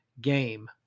game